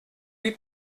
lui